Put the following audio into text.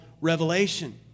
revelation